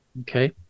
Okay